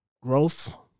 growth